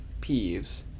Peeves